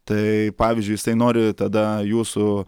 tai pavyzdžiui jisai nori tada jūsų